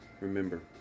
Remember